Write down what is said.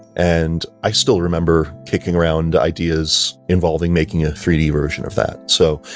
and i still remember kicking around ideas involving making a three d version of that so,